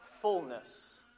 fullness